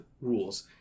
rules